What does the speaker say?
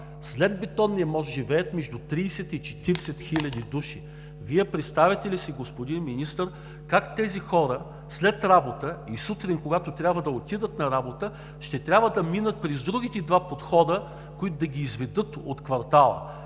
след Бетонния мост живеят между 30 и 40 хиляди души. Вие представяте ли си, господин Министър, как тези хора след работа и сутрин, когато трябва да отидат на работа, ще трябва да минат през другите два подхода, които да ги изведат от квартала.